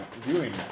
viewing